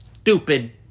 stupid